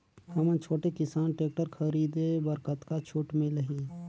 हमन छोटे किसान टेक्टर खरीदे बर कतका छूट मिलही?